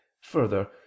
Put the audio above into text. further